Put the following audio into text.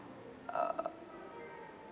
uh